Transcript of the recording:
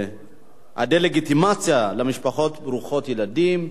הדה-לגיטימציה למשפחות ברוכות ילדים,